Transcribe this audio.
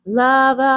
love